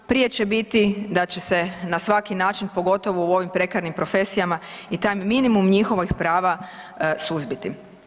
Prije će biti da će se na svaki način pogotovo u ovim prekarnim profesijama i taj minimum njihovih prava suzbiti.